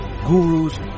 gurus